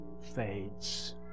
fades